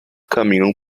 caminham